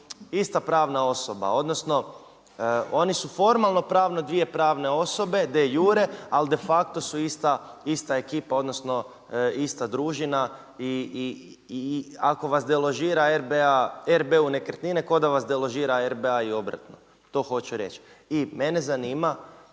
ista pravna osoba, odnosno oni su formalno pravne, dvije pravne osobe…/Govornik se ne razumije./…ali de facto su ista ekipa odnosno ista družina i ako vas deložira RBU Nekretnine, kao da vas deložira RBA i obratno, to hoću reći. I mene zanima,